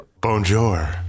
Bonjour